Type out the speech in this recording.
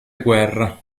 guerra